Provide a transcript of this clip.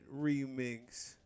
remix